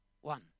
one